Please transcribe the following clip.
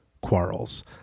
quarrels